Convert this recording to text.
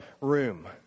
room